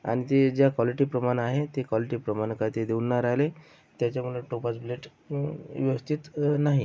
अन् जे ज्या कॉलिटीप्रमाणं आहे ते कॉलिटीप्रमाणं काय ते देऊन नाही राह्यले त्याच्यामुने टोपाज ब्लेट व्यवस्थित नाही